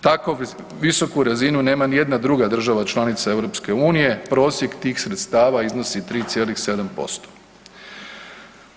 Takvu visoku razinu nema ni jedna druga država članica EU-a, prosjek tih sredstava iznosi 3,7%